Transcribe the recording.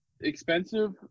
expensive